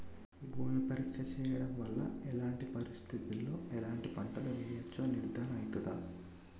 భూమి పరీక్ష చేయించడం వల్ల ఎలాంటి పరిస్థితిలో ఎలాంటి పంటలు వేయచ్చో నిర్ధారణ అయితదా?